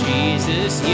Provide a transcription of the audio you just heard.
Jesus